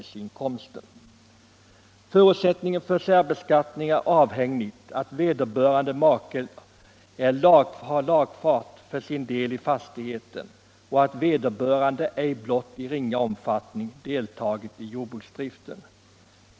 Förutsättningen för särbeskattning är att vederbörande maka har lagfart för del i fastigheten och att han eller hon ej blott i ringa omfattning deltagit i jordbruksdriften.